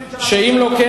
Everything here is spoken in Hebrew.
שאם לא כן,